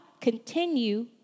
Continue